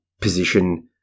position